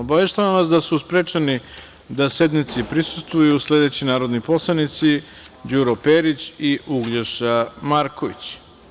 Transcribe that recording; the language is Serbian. Obaveštavam vas da su sprečeni da sednici prisustvuju sledeći narodni poslanici: Đuro Perić i Uglješa Marković.